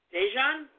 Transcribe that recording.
Dejan